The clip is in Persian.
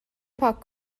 پاک